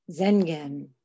zengen